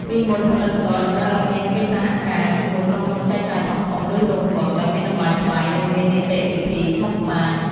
ពីមុន ផលិតករតម្រូវឱ្យមានកិច្ចសហការជាមួយក្រុមហ៊ុនចែកចាយធំៗ ឬរោងកុន ដែលមានតម្លៃថ្លៃ និងមាននីតិវិធីស្មុគស្មាញ។